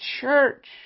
church